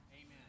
Amen